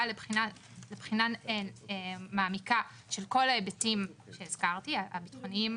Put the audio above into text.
לבחינה מעמיקה של כל ההיבטים שהזכרתי הביטחוניים,